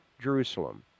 Jerusalem